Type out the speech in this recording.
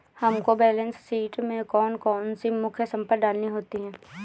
हमको balance sheet में कौन कौन सी मुख्य संपत्ति डालनी होती है?